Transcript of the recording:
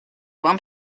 вам